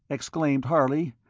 exclaimed harley.